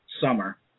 summer